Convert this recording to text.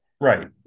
Right